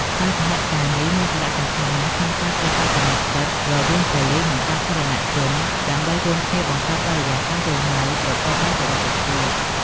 ការសហការនេះមានសារៈសំខាន់ណាស់ក្នុងការកសាងទំនុកចិត្តរវាងប៉ូលិសនិងសាធារណជនដើម្បីរួមគ្នាបង្កើតបរិយាកាសរស់នៅប្រកបដោយសុវត្ថិភាព។